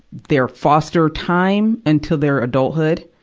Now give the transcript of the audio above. their foster time into their adulthood.